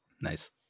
Nice